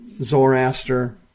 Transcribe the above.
Zoroaster